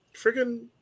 Friggin